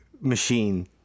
machine